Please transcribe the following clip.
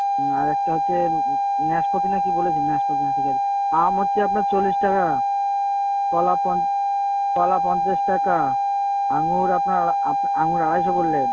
আরেকটা হচ্ছে নাশপাতি না কি বলেছিলেন নাশপাতি না ঠিক আছে আম হচ্ছে আপনার চল্লিশ টাকা কলা কলা পঞ্চাশ টাকা আঙুর আপনার আঙুর আড়াইশো বললেন